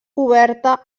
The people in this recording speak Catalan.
oberta